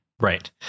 Right